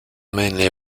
mainly